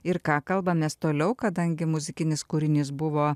ir ką kalbamės toliau kadangi muzikinis kūrinys buvo